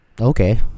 Okay